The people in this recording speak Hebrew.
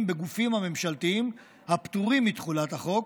בגופים הממשלתיים הפטורים מתחולת החוק,